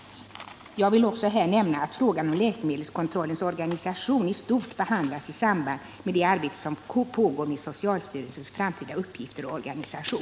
Jag vill här också nämna att frågan om läkemedelskontrollens organisation i stort behandlas i samband med det arbete som pågår med socialstyrelsens framtida uppgifter och organisation.